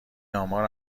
آمار